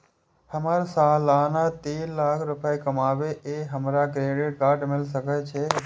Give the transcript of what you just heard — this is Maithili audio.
हमर सालाना तीन लाख रुपए कमाबे ते हमरा क्रेडिट कार्ड मिल सके छे?